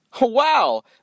Wow